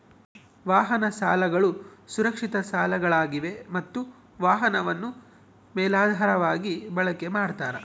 ವಾಹನ ಸಾಲಗಳು ಸುರಕ್ಷಿತ ಸಾಲಗಳಾಗಿವೆ ಮತ್ತ ವಾಹನವನ್ನು ಮೇಲಾಧಾರವಾಗಿ ಬಳಕೆ ಮಾಡ್ತಾರ